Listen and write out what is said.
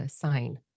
sign